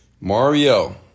Mario